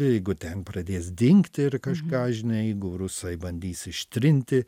jeigu ten pradės dingti ir kažką žinai jeigu rusai bandys ištrinti